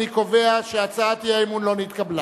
אני קובע שהצעת האי-אמון לא נתקבלה.